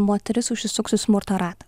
moteris užsisuks į smurto ratą